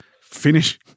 Finish